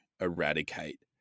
eradicate